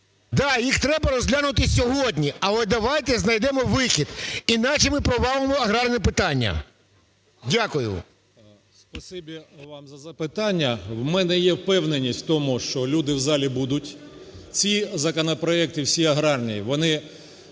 Да, їх треба розглянути сьогодні, але давайте знайдемо вихід, іначе ми провалимо аграрне питання. Дякую.